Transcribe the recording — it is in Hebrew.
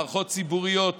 מערכות ציבוריות